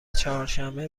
چهارشنبه